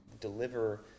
deliver